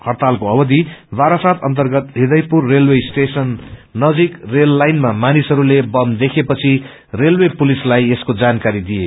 हङ्गतालको अवधि वारासात अन्तर्गत Hridaypur railway station नणिक रेल लाइनमा मानिसहरूले बम देखेपछि रेलवे पुलिसलाई यसको जानकारी दिए